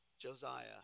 Josiah